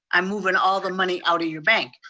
i'm moving all the money out of your bank,